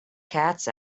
cats